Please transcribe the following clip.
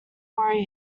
worry